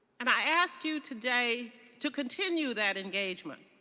and i ask you today to continue that engagement.